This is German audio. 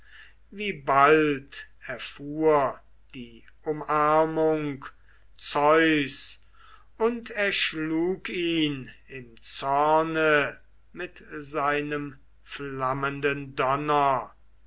wie bald erfuhr die umarmung zeus und erschlug ihn im zorne mit seinem flammenden